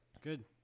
good